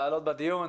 להעלות בדיון,